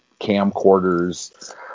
camcorders